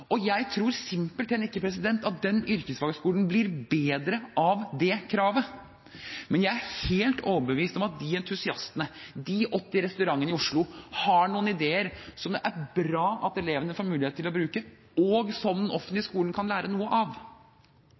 dag. Jeg tror simpelthen ikke at den yrkesfagskolen blir bedre av det kravet. Men jeg er helt overbevist om at disse entusiastene, de 80 restaurantene i Oslo, har noen ideer som det er bra at elevene får mulighet til å bruke, og som den offentlige skolen kan lære noe av.